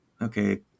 okay